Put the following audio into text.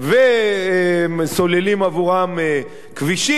וסוללים עבורם כבישים,